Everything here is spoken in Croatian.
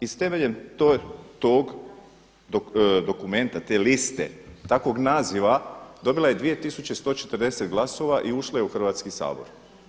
Iz temeljem tog dokumenta, te liste, takvog naziva dobila je 2 tisuće 140 glasova i ušla je u Hrvatski sabor.